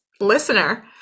listener